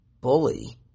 bully